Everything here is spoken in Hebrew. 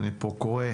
אני פה קורא,